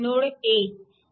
node A